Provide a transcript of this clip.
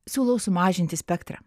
siūlau sumažinti spektrą